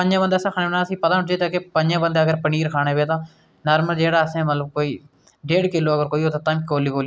ते रक्खदे ते अगर नेईं होऐ पैसा ते नेईं रक्खदे उनें आक्खेआ कि संसार कोई कुसै गी गरीब नेईं बनांदा